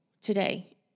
today